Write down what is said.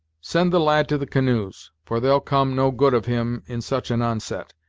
send the lad to the canoes, for there'll come no good of him in such an onset,